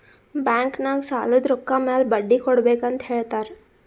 bank ನಾಗ್ ಸಾಲದ್ ರೊಕ್ಕ ಮ್ಯಾಲ ಬಡ್ಡಿ ಕೊಡ್ಬೇಕ್ ಅಂತ್ ಹೇಳ್ತಾರ್